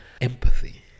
empathy